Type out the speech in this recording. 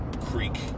creek